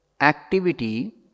activity